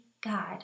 God